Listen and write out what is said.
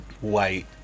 white